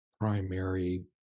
primary